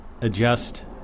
adjust